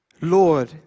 Lord